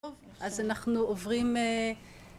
אז אנחנו עוברים